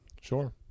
sure